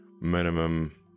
minimum